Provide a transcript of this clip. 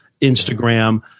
Instagram